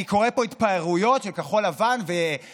אני קורא פה התפארויות של כחול לבן וגינזבורג,